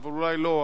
אבל אולי לא,